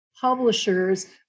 publishers